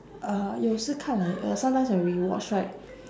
uh 有时看 ah you sometimes when rewatch right